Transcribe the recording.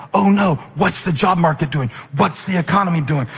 oh no! what's the job market doing? what's the economy doing?